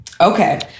Okay